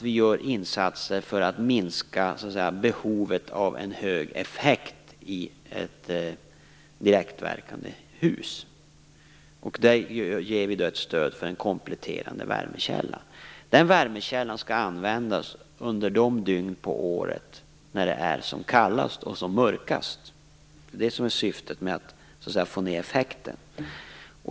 Vi gör insatser för att minska behovet av en hög effekt i ett hus med direktverkande el. Där ger vi ett stöd för en kompletterande värmekälla. Den värmekällan skall användas under de dygn på året när det är som kallast och mörkast. Det är syftet med att få ned effekten.